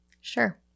Sure